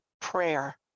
prayer